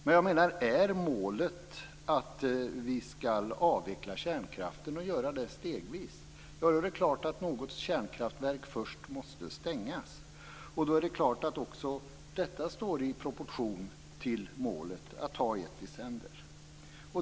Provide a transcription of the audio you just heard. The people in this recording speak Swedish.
Men jag menar att om målet är att vi skall avveckla kärnkraften, och göra det stegvis, då är det klart att något kärnkraftverk först måste stängas. Då är det klart att också detta står i proportion till målet att ta ett i sänder.